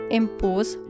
impose